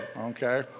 okay